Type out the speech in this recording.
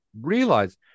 realize